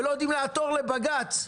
שלא יודעים לעתור לבג"ץ?